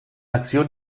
acción